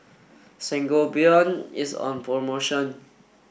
Sangobion is on promotion